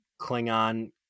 Klingon